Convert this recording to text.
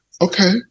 Okay